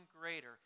greater